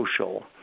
Social